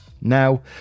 Now